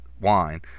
wine